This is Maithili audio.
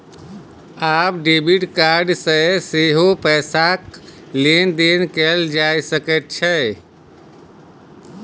आब डेबिड कार्ड सँ सेहो पैसाक लेन देन कैल जा सकैत छै